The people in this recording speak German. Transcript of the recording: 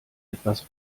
etwas